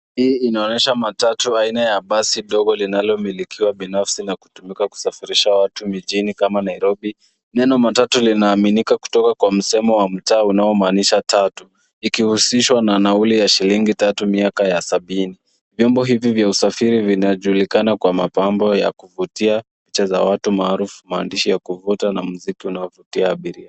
Hii inaonyesha matatu aina ya basi dogo linalomilikiwa binafsi na kutumika kusafirisha watu mijini kama Nairobi. Neno matatu linaaminika kutoka kwa msemo wa mtaa unaomaanisha tatu ikihusishwa na nauli ya shilingi tatu miaka ya sabini. Vyombo hivi vya usafiri vinajulikana kwa mapambo ya kuvutia, picha za watu maarufu, maandishi ya kuvuta na mziki unaovutia abiria.